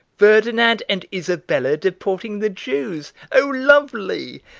ferdinand and isabella deporting the jews! oh, lovely!